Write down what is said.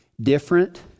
different